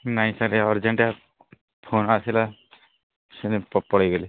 ନାଇଁ sir urgent phone ଆସିଲା sir ପଳେଇଗଲି